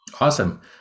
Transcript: Awesome